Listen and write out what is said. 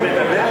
הם לא פה.